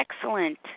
excellent